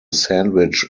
sandwich